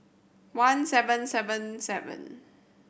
one seven seven seven